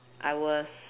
I was